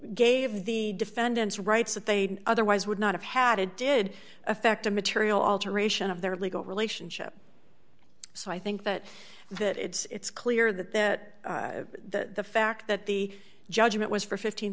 gave the defendant's rights that they otherwise would not have had it did affect a material alteration of their legal relationship so i think that that it's clear that that the fact that the judgment was for fifteen